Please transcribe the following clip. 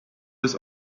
was